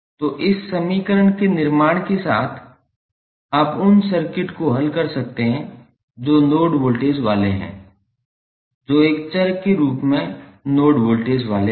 तो इस समीकरण के निर्माण के साथ आप उन सर्किट को हल कर सकते हैं जो नोड वोल्टेज वाले हैं जो एक चर के रूप में नोड वोल्टेज वाले हैं